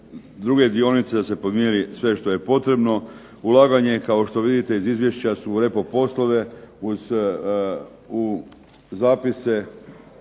druge dionice, da se podmiri sve što je potrebno. Ulaganje, kao što vidite iz izvješća, su u repo poslove, u zapise,